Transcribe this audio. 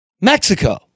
Mexico